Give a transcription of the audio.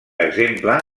exemple